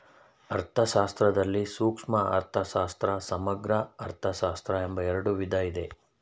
ಅರ್ಥಶಾಸ್ತ್ರದಲ್ಲಿ ಸೂಕ್ಷ್ಮ ಅರ್ಥಶಾಸ್ತ್ರ, ಸಮಗ್ರ ಅರ್ಥಶಾಸ್ತ್ರ ಎಂಬ ಎರಡು ವಿಧ ಇದೆ